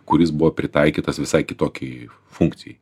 kuris buvo pritaikytas visai kitokiai funkcijai